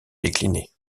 décliner